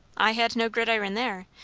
i had no gridiron there.